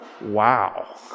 wow